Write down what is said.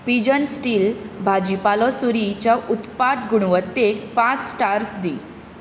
pigeon steel भाजीपालो सुरीच्या उत्पाद गुणवत्तेक पांच स्टार्स दी